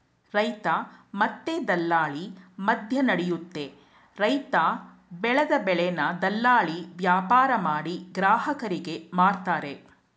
ರೈತ ಮತ್ತೆ ದಲ್ಲಾಳಿ ಮದ್ಯನಡಿಯುತ್ತೆ ರೈತ ಬೆಲ್ದ್ ಬೆಳೆನ ದಲ್ಲಾಳಿ ವ್ಯಾಪಾರಮಾಡಿ ಗ್ರಾಹಕರಿಗೆ ಮಾರ್ತರೆ